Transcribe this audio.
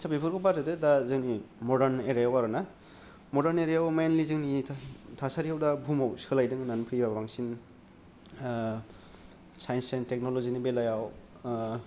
आदसा बेफोरखौ बाद होदो दा जोनि मदार्न इरायाव आरोना मदार्न इरायाव मेइनलि जोंनि थास थासारिआव दा बुहुमाव सोलायदों होननानै फैयोब्ला बांसिन साइन्स एन्द टेकन'लजिनि बेलायाव